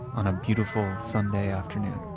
on a beautiful sunday afternoon.